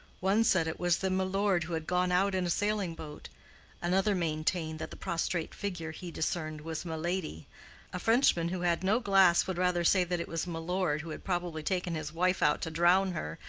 one said it was the milord who had gone out in a sailing boat another maintained that the prostrate figure he discerned was miladi a frenchman who had no glass would rather say that it was milord who had probably taken his wife out to drown her,